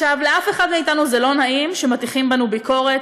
לאף אחד מאתנו לא נעים שמטיחים בו ביקורת.